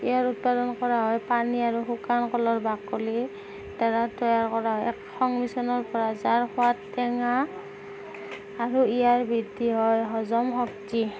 ইয়াৰ উৎপাদন কৰা হয় পানী আৰু শুকান কলৰ বাকলিৰ দ্বাৰা তৈয়াৰ কৰা হয় এক সংমিশ্ৰণৰ পৰা যাৰ সোৱাদ টেঙা আৰু ইয়াৰ বৃদ্ধি হয় হজম শক্তি